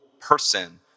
person